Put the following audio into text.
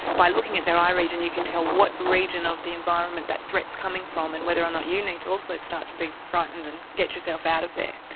by looking at their eye region you can tell what region of the environment that threat's coming from and whether or not you need to also start to be frightened and get yourself out of there.